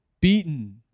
beaten